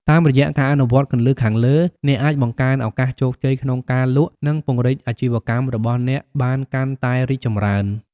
តាមរយៈការអនុវត្តន៍គន្លឹះខាងលើ អ្នកអាចបង្កើនឱកាសជោគជ័យក្នុងការលក់ និងពង្រីកអាជីវកម្មរបស់អ្នកបានកាន់តែរីកចម្រើន។